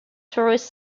tourist